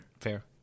Fair